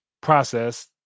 process